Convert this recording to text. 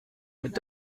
mit